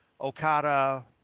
Okada